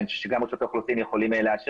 אני חושב שגם רשות האוכלוסין יכולה לאשר